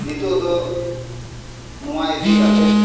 ᱱᱤᱛᱳᱜ ᱫᱚ ᱱᱚᱣᱟ ᱤᱫᱤ ᱠᱟᱛᱮᱫ